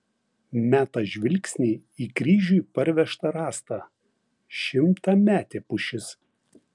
meta žvilgsnį į kryžiui parvežtą rąstą šimtametė pušis